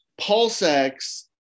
PulseX